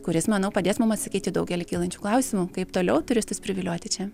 kuris manau padės mum atsakyti į daugelį kylančių klausimų kaip toliau turistus privilioti čia